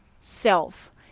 self